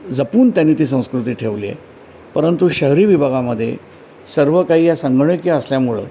जपून त्यांनी ती संस्कृती ठेवलीय परंतु शहरी विभागामधे सर्व काही या संघणकी असल्यामुळं